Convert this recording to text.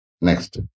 Next